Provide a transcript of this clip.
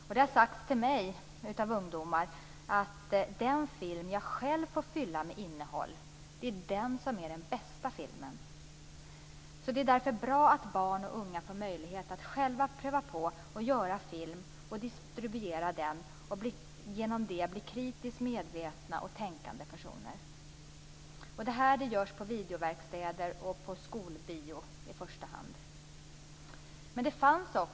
Ungdomar har sagt till mig att den film de själva får fylla med innehåll är den bästa filmen. Det är därför bra att barn och unga får möjlighet att själva pröva på att göra och distribuera film och genom detta bli kritiskt medvetna och tänkande personer. Detta görs på videoverkstäder och skolbio i första hand.